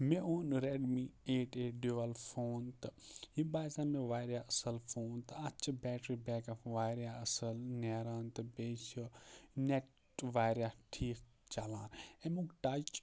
مےٚ اوٚن Redmi eight eight dual phone تہٕ یہِ باسٮ۪و مےٚ واریاہ اَصٕل فون تہٕ اَتھ چھِ بیٹری بیک اَپ واریاہ اَصٕل نیران تہٕ بیٚیہِ چھِ نیٚٹ واریاہ ٹھیٖک چَلان اَمیُک ٹَچ